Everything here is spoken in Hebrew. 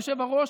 היושב-ראש,